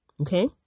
okay